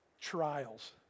trials